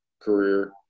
career